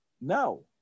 No